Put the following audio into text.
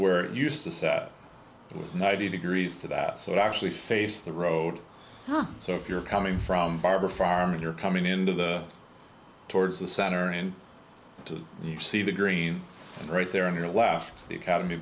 where it used to say it was ninety degrees to that so actually face the road so if you're coming from barber farm you're coming into the towards the center and you see the green and right there in your laugh the academy